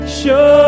show